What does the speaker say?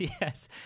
Yes